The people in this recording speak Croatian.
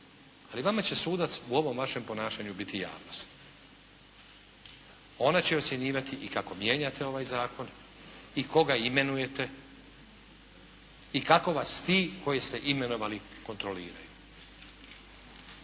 ali vama će sudac u ovom vašem ponašanju biti javnost. Ona će ocjenjivati i kako mijenjate ovaj zakon i koga imenujete i kako vas ti koje ste imenovali kontroliraju.